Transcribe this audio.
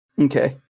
Okay